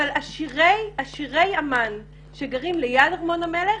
אבל עשירי עמאן שגרים ליד ארמון המלך,